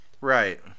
Right